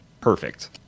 perfect